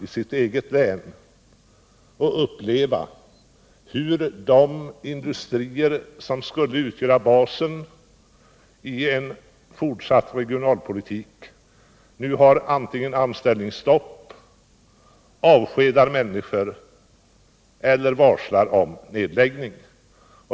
i sitt eget län — för att uppleva hur de industrier som skulle utgöra basen i en fortsatt regionalpolitik nu antingen har anställningsstopp, avskedar människor eller varslar om nedläggning.